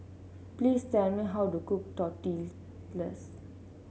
please tell me how to cook Tortillas